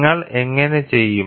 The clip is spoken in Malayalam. നിങ്ങൾ എങ്ങനെ ചെയ്യും